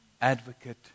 advocate